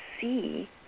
see